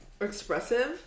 expressive